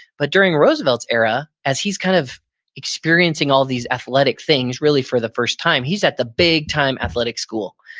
but during roosevelt's era, as he's kind of experiencing all these athletic things really for the first time, he's at the big time athletic school.